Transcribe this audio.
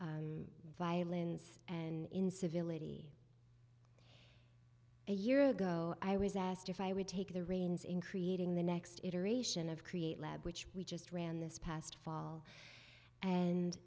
aggression violence and incivility a year ago i was asked if i would take the reins in creating the next iteration of create lab which we just ran this past fall and